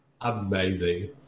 Amazing